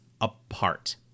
apart